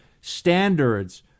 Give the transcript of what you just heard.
standards